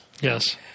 Yes